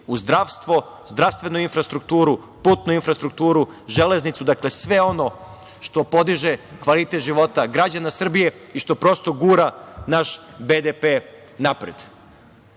u zdravstvo, zdravstvenu infrastrukturu, putnu infrastrukturu, železnicu, sve ono što podiže kvalitet života građana Srbije i što prosto gura naš BDP napred. Kada